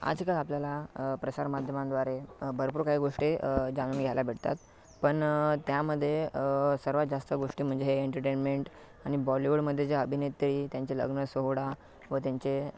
आजकाल आपल्याला प्रसारमाध्यमांद्वारे भरपूर काही गोष्टी जाणून घ्यायला भेटतात पण त्यामध्ये सर्वात जास्त गोष्टी म्हणजे हे एंटरटेनमेंट आणि बॉलिवूडमधील ज्या अभिनेत्री त्यांचे लग्न सोहळा व त्यांचे